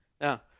Now